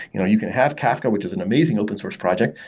you know you can have kafka, which is an amazing open source project.